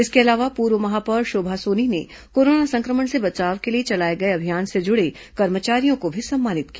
इसके अलावा पूर्व महापौर शोभा सोनी ने कोरोना संक्रमण से बचाव के लिए चलाए गए अभियान से जुड़े कर्मचारियों को भी सम्मानित किया